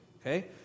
Okay